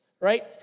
right